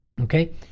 Okay